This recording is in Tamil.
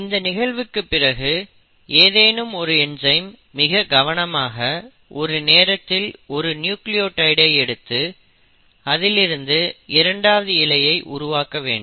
இந்த நிகழ்வுக்குப் பிறகு ஏதேனும் ஒரு என்சைம் மிக கவனமாக ஒரு நேரத்தில் ஒரு நியூக்ளியோடைட் ஐ எடுத்து அதிலிருந்து இரண்டாவது இழையை உருவாக்க வேண்டும்